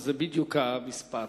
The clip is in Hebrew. אז זה בדיוק המספר.